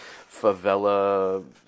favela